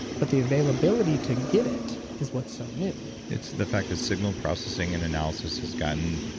but the availability to get it is what's so new it's the fact that signal processing and analysis has gotten